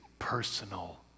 personal